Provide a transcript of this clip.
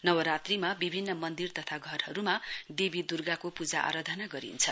नवरात्रीमा विभिन्न मन्दिर तथा घरहरूमा देवी दुर्गाको आराधाना गरिन्छ